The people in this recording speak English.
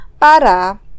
para